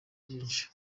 byinshi